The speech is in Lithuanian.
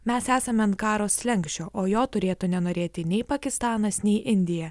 mes esame ant karo slenksčio o jo turėtų nenorėti nei pakistanas nei indija